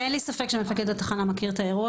אין לי ספק שמפקד התחנה מכיר את האירוע